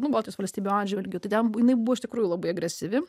nu baltijos valstybių atžvilgiu tai jinai buvo iš tikrųjų labai agresyvi